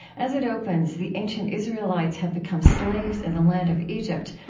as it opens, the ancient israelites have become slaves in the land of egypt,